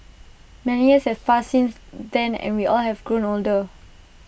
many years have passed since then and we all have grown older